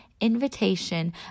invitation